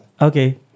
Okay